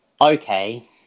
Okay